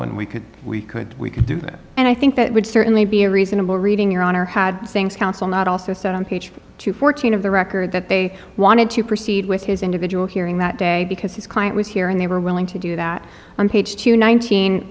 and we could we could we could do that and i think that would certainly be a reasonable reading your honor had things counsel not also said on page two fourteen of the record that they wanted to proceed with his individual hearing that day because his client was here and they were willing to do that on page two nineteen